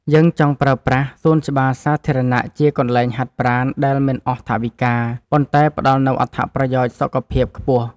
យើងចង់ប្រើប្រាស់សួនច្បារសាធារណៈជាកន្លែងហាត់ប្រាណដែលមិនអស់ថវិកា ប៉ុន្តែផ្ដល់នូវអត្ថប្រយោជន៍សុខភាពខ្ពស់។